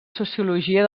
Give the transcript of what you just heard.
sociologia